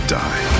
die